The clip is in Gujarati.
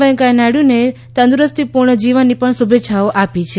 વૈકેંથા નાયડુને તંદુરસ્તી પૂર્ણ જીવનની શુભેચ્છાઓ આપી છે